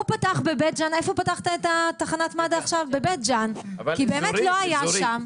הוא פתח בבית ג'ן תחת מד"א כי באמת לא היה שם,